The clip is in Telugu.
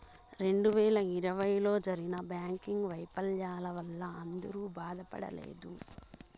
రెండు వేల ఇరవైలో జరిగిన బ్యాంకింగ్ వైఫల్యాల వల్ల అందరూ బాధపడలేదు